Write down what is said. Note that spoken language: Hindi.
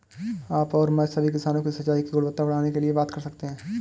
आप और मैं सभी किसानों से सिंचाई की गुणवत्ता बढ़ाने के लिए बात कर सकते हैं